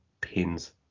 pins